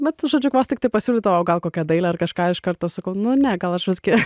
mat žodžiu vos tiktai pasiūlydavo gal kokią dailią ar kažką iš karto su kaunu ne gal aš visgi